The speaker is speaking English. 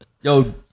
Yo